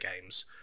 games